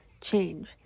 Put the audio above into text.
change